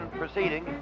proceeding